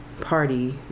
party